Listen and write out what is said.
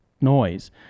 noise